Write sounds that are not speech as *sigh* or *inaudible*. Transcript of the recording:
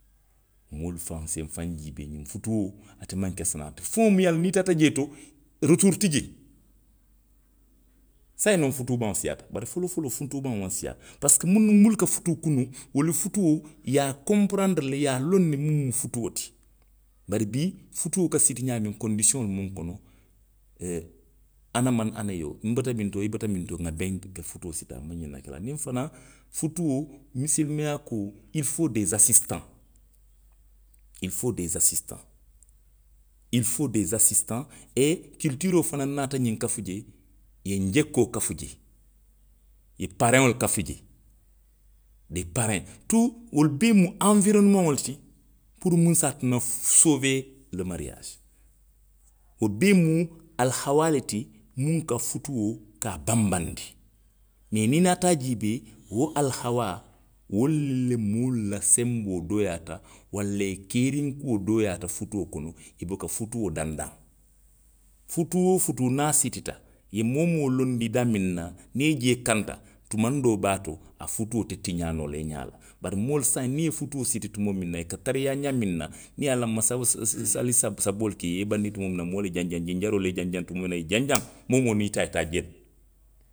Moolu faŋolu se nfaŋ jiibee.ňiŋ futuo, ate maŋ ke sanaari ti. Feŋo muŋ ye a loŋ ko niŋ i taata jee to, rotuuru ti jee. saayiŋ noŋ futuu baŋo siiyaata. Bari foloo foloo futuu baŋo maŋ siiyaa. Parisiko munnu. miinu ka futuu kunuw. wolu, futuo, i ye a konpirandiri le, i ye a loŋ ne muŋ mu futuo ti bari bii. futuo ka siti ňaamiŋ, kondisiyoŋolu munnu kono. ee *hesitation* ana mani, ana yewu, nbota mintoo, i bota mintoo. nŋa beŋ ka futuo siti, a maŋ ňanna ke la. Niŋ fanaŋ. futuo, misilimeyaa kuo, ili foo de sasisitaŋ; ili foo de sasisitaŋ. ili foo de sasisitaŋ ee, kilitiiroo fanaŋ naata ňiŋ kafu jee, i ye njekkoo kafu jee. i ye paareŋolu kafu jee. dee paareŋ, tuu, wolu bee mu anwironomaŋo le ti puru muŋ se a tinna fufu soowee lo mariyaasi. Wo bee mu alihawaa le ti. muŋ ka futuo ka a banbanndi. Mee niŋ i naata a jiibee. wo alihawaa wolu le ye moolu la senboo dooyaandi, walla i keeriŋ kuo dooyaata futuo kono. i buka futuo dandaŋ. Futuu woo futuu niŋ a sitita. i ye moo woo moo loondi daamiŋ na, niŋ i ye jeekanta. tumaŋ doobaato, a futuo te tiňaa noo la i ňaa la. Bari moolu saayiŋ niŋ i ye futuo siti tumoo miŋ na, i ka tariyaa xaamiŋ na, niŋ i ye alanma saloo, sa. sa, sali saboolu ke. i ye bandii tumoo miŋ na, moolu ye janjaŋ, jinjaroolu ye janjaŋ tumoo minna. i ye janjaŋ. Moo woo moo niŋ i taa ye taa jeeli